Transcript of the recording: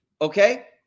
okay